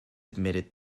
admitted